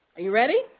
are you ready?